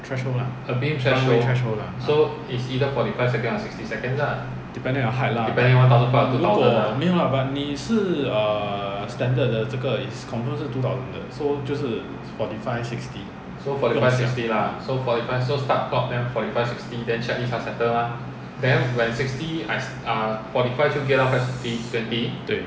threshold lah runway threshold lah depending on height lah 如果没有啦 but 你是 err standard 的这个 is confirm 是 two thousand 的所以就是 forty five sixty 不用想对